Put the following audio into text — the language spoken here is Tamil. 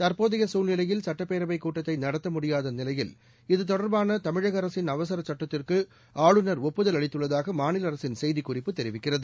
தற்போதைய சூழ்நிலையில் சட்டப்பேரவை கூட்டத்தை நடத்த முடியாத நிலையில் இது தொடர்பாள தமிக அரசின் அவசரச் சட்டத்திற்கு ஆளுநர் ஒப்புதல் அளித்துள்ளதாக மாநில அரசின் செய்திக் குறிப்பு தெரிவிக்கிறது